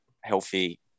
healthy